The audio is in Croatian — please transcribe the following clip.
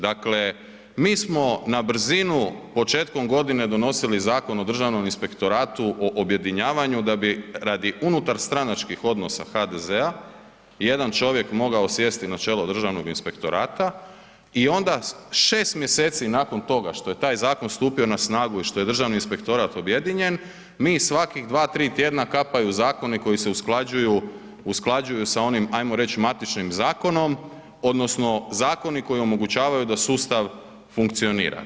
Dakle, mi smo na brzinu početkom godine donosili Zakon o državnom inspektoratu o objedinjavanju da bi radi unutarstranačkih odnosa HDZ-a jedan čovjek mogao sjesti na čelo državnog inspektorata i onda 6. mjeseci nakon toga što je taj zakon stupio na snagu i što je državni inspektorat objedinjen, mi svakih 2-3 tjedna kapaju zakoni koji se usklađuju, usklađuju sa onim ajmo reć matičnim zakonom odnosno zakoni koji omogućavaju da sustav funkcionira.